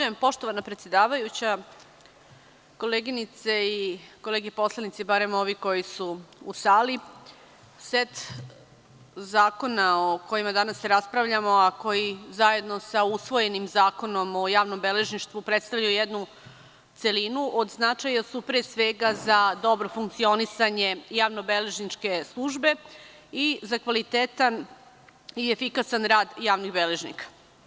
Poštovana predsedavajuća, koleginice i kolege poslanici, barem ovi koji su u sali, set zakona o kojima danas raspravljamo, a koji zajedno sa usvojenim Zakonom o javnom beležništvu predstavljaju jednu celinu od značaja su pre svega za dobro funkcionisanje javnobeležničke službe i za kvalitetan i efikasan rad javnih beležnika.